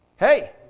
Hey